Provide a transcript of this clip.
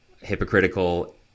hypocritical